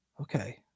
Okay